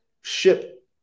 ship